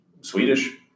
Swedish